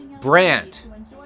brand